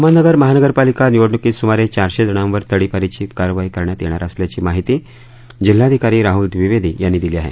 अहमदनगर महानगरपालिका निवडणुकीत सुमारे चारशे जणांवर तडीपारीची कारवाई करण्यात येणार असल्याची माहिती जिल्हाधिकारी राहल द्विवेदी यांनी दिली आहे